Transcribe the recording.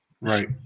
Right